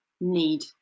need